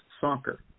soccer